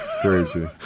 crazy